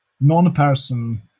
non-person